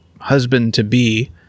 husband-to-be